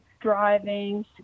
driving